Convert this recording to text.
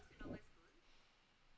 S>